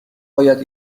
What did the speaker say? باید